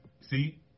see